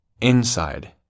Inside